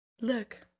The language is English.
look